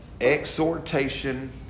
exhortation